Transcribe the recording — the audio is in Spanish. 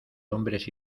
hombres